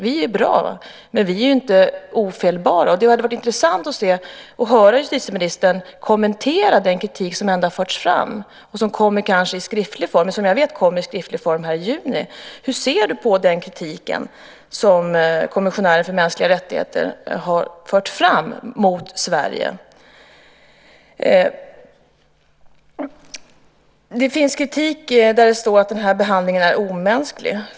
Vi är bra, men vi är inte ofelbara. Det hade varit intressant att höra justitieministern kommentera den kritik som ändå har förts fram och som jag vet kommer i skriftlig form i juni. Hur ser du på den kritik som kommissionären för mänskliga rättigheter har fört fram mot Sverige? Det finns kritik där det står att den här behandlingen är omänsklig.